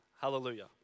hallelujah